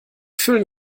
füllen